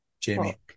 Jamie